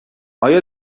آیا